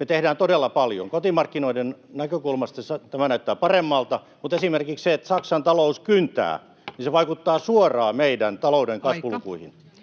Me tehdään todella paljon. Kotimarkkinoiden näkökulmasta tämä näyttää paremmalta, mutta esimerkiksi se, että Saksan talous kyntää, vaikuttaa suoraan meidän talouden kasvulukuihin.